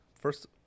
first